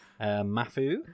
mafu